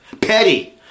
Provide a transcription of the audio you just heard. petty